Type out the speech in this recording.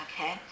Okay